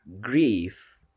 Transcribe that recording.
grief